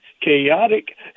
chaotic